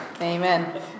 Amen